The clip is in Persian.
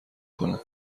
کنه